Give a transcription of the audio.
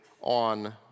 on